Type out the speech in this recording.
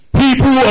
people